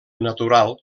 natural